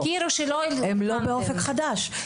הם לא באופק חדש.